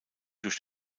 durch